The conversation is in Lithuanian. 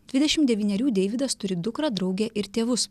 dvidešim devynerių deividas turi dukrą draugę ir tėvus